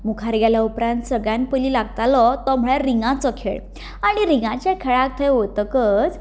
मुखार गेले उपरांत सगळ्यांत पयली लागतालो तो म्हणल्यार रिंगाचो खेळ आनी रिंगाच्या खेळा थंय वतकच